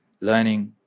learning